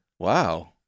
Wow